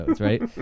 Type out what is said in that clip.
right